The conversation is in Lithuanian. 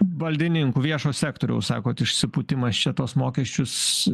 baldininkų viešo sektoriaus sakot išsipūtimas čia tuos mokesčius